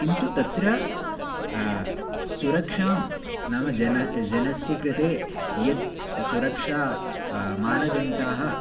किन्तु तत्र सुरक्षां नाम जन जनस्य कृते यत् सुरक्षा मानदण्डाः